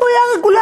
איפה היה הרגולטור?